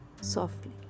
softly